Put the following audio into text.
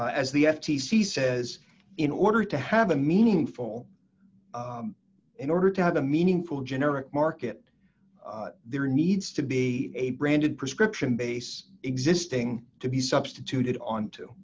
as the f t c says in order to have a meaningful in order to have a meaningful generic market there needs to be a branded prescription base existing to be substituted on to